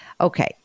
Okay